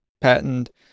patented